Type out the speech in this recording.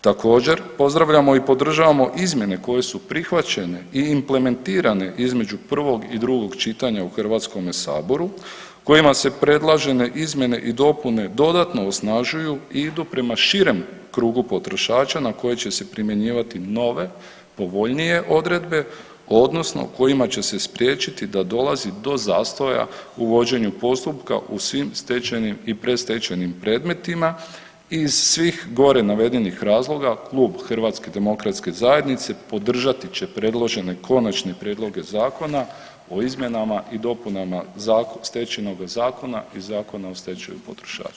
Također pozdravljamo i podržavamo izmjene koje su prihvaćene i implementirane između prvog i drugog čitanja u HS, kojima se predložene izmjene i dopune dodatno osnažuju i idu prema širem krugu potrošača na koje će se primjenjivati nove povoljnije odredbe odnosno kojima će se spriječiti da dolazi do zastoja u vođenju postupka u svim stečajnim i predstečajnim predmetima i iz svih gore navedenih razloga Klub HDZ-a podržati će predložene Konačne prijedloge zakona o izmjenama i dopunama Stečajnoga zakona i Zakona o stečaju potrošača.